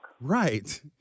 Right